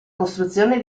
costruzione